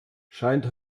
scheint